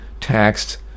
taxed